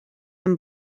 amb